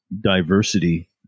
diversity